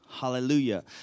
Hallelujah